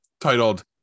titled